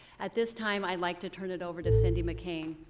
at this time, i'd like to turn it over to cindy mccain.